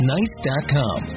Nice.com